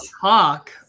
talk